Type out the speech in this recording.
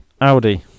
Audi